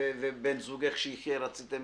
ובן זוגך שיחיה רציתם